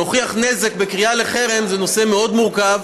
להוכיח נזק בקריאה לחרם זה נושא מאוד מורכב,